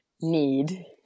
need